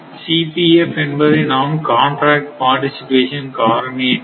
Cpf என்பதை நாம் contract participation காரணி என்கிறோம்